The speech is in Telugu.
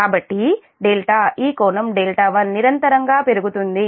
కాబట్టి δ ఈ కోణం δ1 నిరంతరం గా పెరుగుతుంది